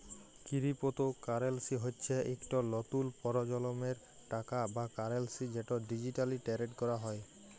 crypto currency হচ্যে ইকট লতুল পরজলমের টাকা বা কারেলসি যেট ডিজিটালি টেরেড ক্যরা হয়